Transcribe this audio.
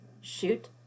shoot